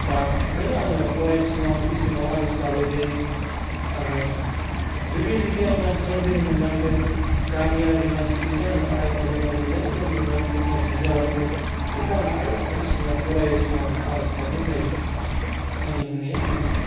दा ओंखायनो आङो अराय सम आं इसोरनाव आरज गाबो जे आङो जुगे जुगे आं मानसियानो जोनोम मोनलांथों गामियारि मानसिजोंनो आङो आइ आफाजों आं मोजाङै मोजां गोरोबनानै संसार मोनजालांथों बेखौ आं आइ आफा इसोरनाव अराय आं सम आरज गाबनाय जायो आंनि बुंनाया बेनोसै